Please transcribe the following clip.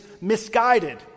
misguided